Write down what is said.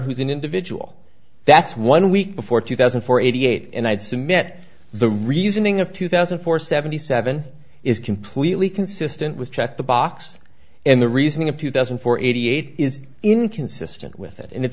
who's an individual that's one week before two thousand for eighty eight and i'd submit the reasoning of two thousand for seventy seven is completely consistent with checked the box in the reasoning of two thousand four eighty eight is inconsistent with it and it